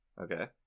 okay